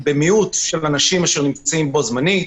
למיעוט של אנשים שיהיו בו זמנית.